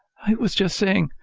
i was just saying,